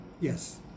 Yes